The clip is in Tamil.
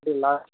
அப்படி இல்லை